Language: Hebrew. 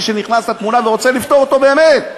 שנכנס לתמונה ורוצה לפתור אותו באמת.